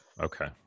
Okay